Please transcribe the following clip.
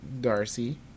Darcy